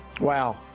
Wow